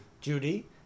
Judy